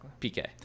PK